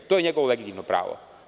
To je njegovo legitimno pravo.